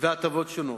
והטבות שונות.